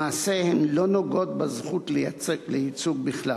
למעשה, הן לא נוגעות בזכות לייצוג בכלל.